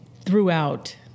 throughout